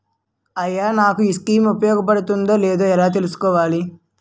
అయ్యా నాకు ఈ స్కీమ్స్ ఉపయోగ పడతయో లేదో ఎలా తులుసుకోవాలి?